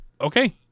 Okay